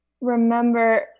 remember